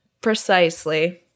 Precisely